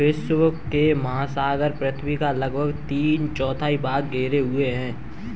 विश्व के महासागर पृथ्वी का लगभग तीन चौथाई भाग घेरे हुए हैं